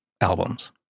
albums